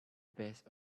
best